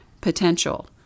potential